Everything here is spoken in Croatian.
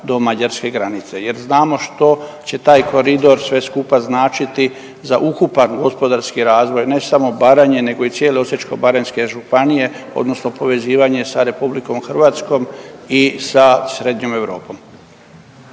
do Mađarske granice jer znamo što će taj koridor sve skupa značiti za ukupan gospodarski razvoj ne samo Baranje nego i cijele Osječko-baranjske županije odnosno povezivanje sa RH i sa Srednjom Europom.